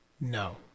No